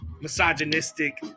misogynistic